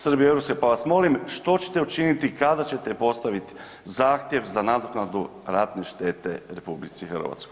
Srbije i europske, pa vas molim što ćete učiniti i kada ćete postaviti zahtjev za nadoknadu ratne štete RH.